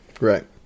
Right